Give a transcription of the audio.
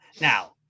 Now